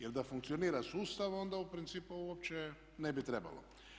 Jer da funkcionira sustav onda u principu uopće ne bi trebalo.